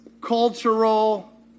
cultural